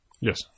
Yes